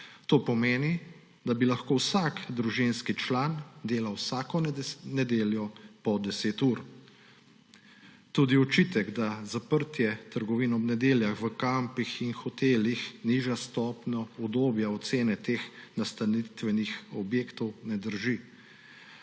To pomeni, da bi lahko vsak družinski član delal vsako nedeljo po 10 ur. Tudi očitek, da zaprtje trgovin ob nedeljah v kampih in hotelih niža stopnjo udobja teh nastanitvenih objektov, ne drži.